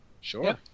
Sure